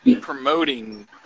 promoting